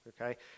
okay